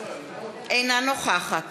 אינה נוכחת